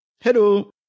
Hello